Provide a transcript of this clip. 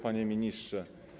Panie Ministrze!